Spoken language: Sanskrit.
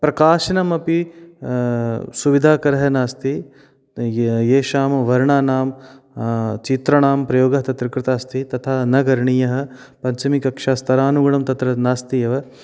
प्रकाशनमपि सुविधाकरः नास्ति ये येषां वर्णानां चित्राणां प्रयोगः तत्र कृतः अस्ति तथा न करणीयः पञ्चमीकक्षास्तरानुगुणं तत्र नास्ति एव